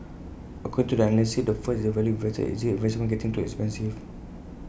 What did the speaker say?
according to the analyst the first is the value investor is this investment getting too expensive